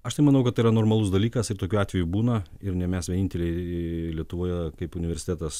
aš tai manau kad tai yra normalus dalykas ir tokių atvejų būna ir ne mes vieninteliai lietuvoje kaip universitetas